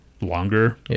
Longer